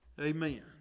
Amen